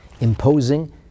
Imposing